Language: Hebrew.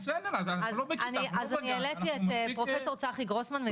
בבקשה, הפרופ' צחי גרוסמן.